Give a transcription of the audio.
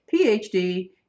PhD